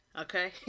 Okay